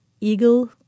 eagle